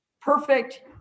perfect